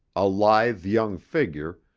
a lithe young figure,